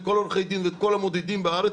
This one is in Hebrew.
את כל עורכי הדין ואת כל המודדים בארץ